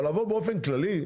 אבל לבוא באופן כללי.